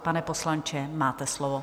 Pane poslanče, máte slovo.